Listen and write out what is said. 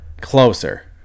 closer